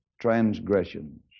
transgressions